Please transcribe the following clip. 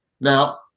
now